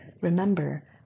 Remember